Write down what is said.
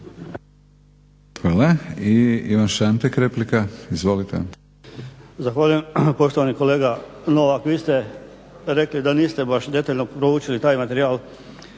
Hvala. I Ivan Šantek replika. Izvolite. **Šantek, Ivan (HDZ)** Zahvaljujem. Poštovani kolega Novak, vi ste rekli da niste baš detaljno proučili taj materijal